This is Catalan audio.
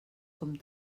com